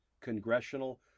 congressional